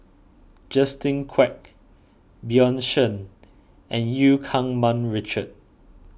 Justin Quek Bjorn Shen and Eu Keng Mun Richard